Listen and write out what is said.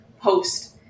post